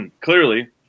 clearly